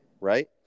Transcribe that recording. Right